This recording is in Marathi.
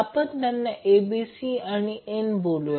आपण त्यांना ABC आणि n बोलूया